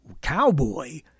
cowboy